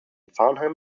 farnham